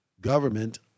government